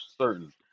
certain